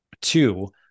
Two